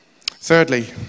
Thirdly